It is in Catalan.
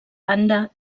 randa